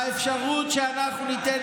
האפשרות שאנחנו ניתן,